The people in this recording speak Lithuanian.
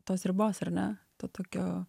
tos ribos ar ne to tokio